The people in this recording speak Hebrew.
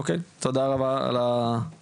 אוקיי, תודה רבה על התוספת.